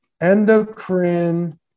endocrine